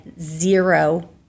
zero